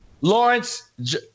Lawrence